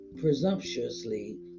presumptuously